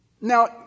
Now